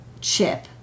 chip